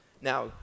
Now